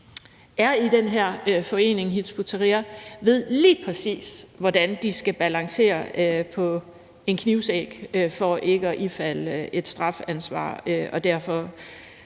er i den her forening, Hizb ut-Tahrir, lige præcis ved, hvordan de skal balancere på en knivsæg for ikke at ifalde et strafansvar, og derfor